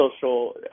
social